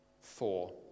Four